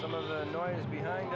some of the noise behind